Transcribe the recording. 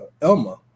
Elma